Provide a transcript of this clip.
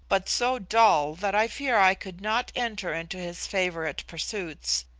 but so dull that i fear i could not enter into his favourite pursuits,